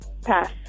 Pass